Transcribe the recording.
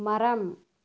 மரம்